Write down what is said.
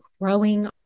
growing